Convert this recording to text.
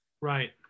Right